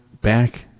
back